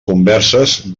converses